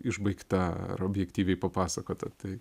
išbaigta ar objektyviai papasakota tai